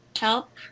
help